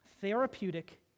therapeutic